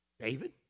David